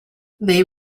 they